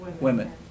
women